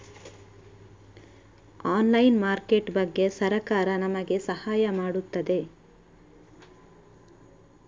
Online market ಬಗ್ಗೆ ಸರಕಾರ ನಮಗೆ ಸಹಾಯ ಮಾಡುತ್ತದೆ?